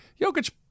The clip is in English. Jokic